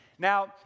Now